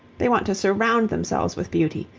they want to surround themselves with beauty,